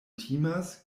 timas